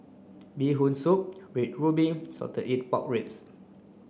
bee hoon soup red ruby salted egg pork ribs